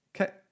Okay